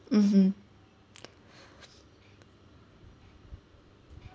mmhmm